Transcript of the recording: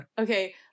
Okay